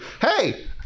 hey